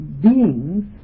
Beings